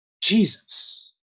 Jesus